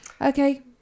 Okay